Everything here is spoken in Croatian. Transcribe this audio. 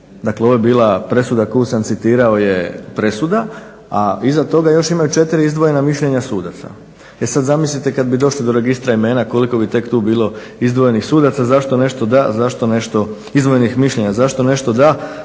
Dakle, ovo je bila presuda koju sam citirao je presuda, a iza toga još imaju 4 izdvojena mišljenja sudaca. E sad zamislite kad bi došli do Registra imena koliko bi tek tu bilo izdvojenih mišljenja zašto nešto da, a zašto nešto ne? Mislim da će to na